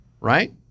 Right